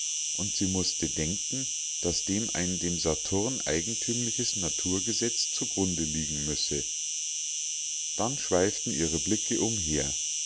und sie mußte denken daß dem ein dem saturn eigentümliches naturgesetz zu grunde liegen müsse dann schweiften ihre blicke umher